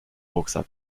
rucksack